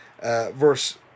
verse